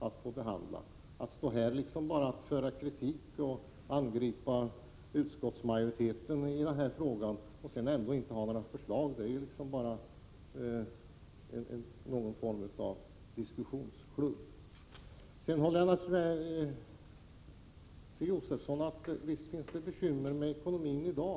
Att här bara framföra kritik mot utskottsmajoriteten i dessa frågor utan att ha några förslag är som att delta i en diskussionsklubb. Jag håller helt med Stig Josefson om att det finns bekymmer med ekonomin i dag.